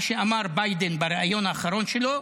זה מה שאמר ביידן בריאיון האחרון שלו,